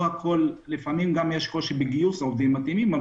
לפעמים יש קושי בגיוס עובדים מתאימים,